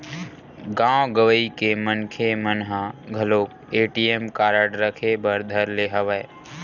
गाँव गंवई के मनखे मन ह घलोक ए.टी.एम कारड रखे बर धर ले हवय